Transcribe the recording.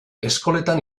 eskoletan